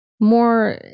more